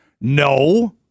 No